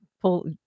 pull